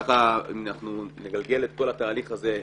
כך נגלגל את כל התהליך הזה,